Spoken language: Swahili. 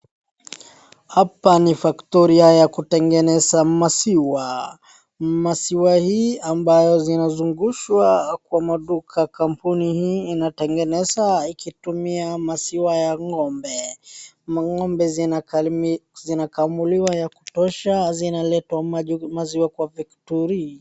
Hapa ni factoria ya kutengeneza maziwa. Maziwa hii ambayo zinazungushwa kwa maduka. Kampuni hii inatengeneza ikitumia maziwa ya ng'ombe. Mang'ombe zinakamuliwa ya kutosha na zinaletwa maziwa kwa faktoria.